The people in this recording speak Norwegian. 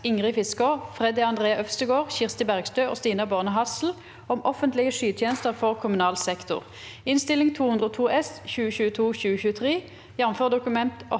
Ingrid Fiskaa, Freddy André Øvstegård, Kirsti Bergstø og Stina Baarne Hassel om offentlige skytjenester for kommunal sektor (Innst. 202 S (2022–2023), jf. Dokument